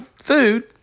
food